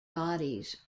bodies